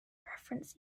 reference